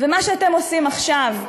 מה שאתם עושים עכשיו,